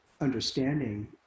understanding